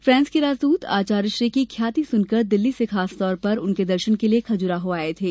फांस के राजदूत आचार्यश्री की ख्याति सुनकर दिल्ली से खासतौर पर उनके दर्शन करने खजुराहो आये थे